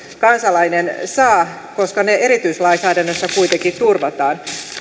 kansalainen saa koska ne erityislainsäädännössä kuitenkin turvataan